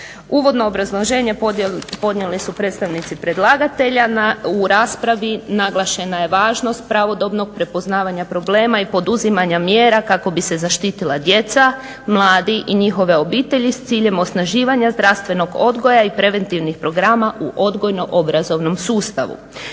Uvodno obrazloženje podnijeli su predstavnici predlagatelja u raspravi, naglašena je važnost pravodobnog prepoznavanja problema i poduzimanja mjera kako bi se zaštitila djeca, mladi i njihove obitelji s ciljem osnaživanja zdravstvenog odgoja i preventivnih programa u odgojno-obrazovnom sustavu.